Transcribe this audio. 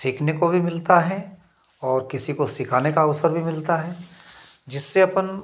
सीखने को भी मिलता है और किसी को सिखाने का अवसर भी मिलता है जिससे अपन